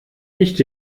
nicht